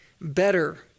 better